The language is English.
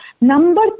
Number